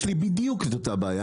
יש לי בדיוק את אותה בעיה,